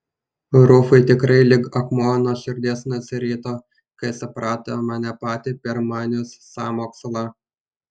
rufui tikrai lyg akmuo nuo širdies nusirito kai suprato mane patį permanius sąmokslą